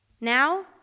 Now